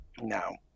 No